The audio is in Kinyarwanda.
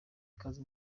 ikaze